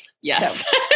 Yes